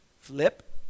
Flip